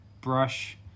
brush